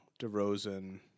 DeRozan